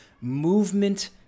movement